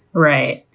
right.